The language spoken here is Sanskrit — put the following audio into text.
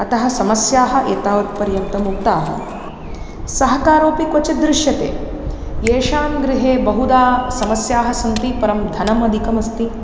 अतः समस्याः एतावत्पर्यन्तम् उक्ताः सहकारोपि क्वचित् दृश्यते येषां गृहे बहुधा समस्याः सन्ति परं धनमदिकमस्ति